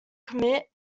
commit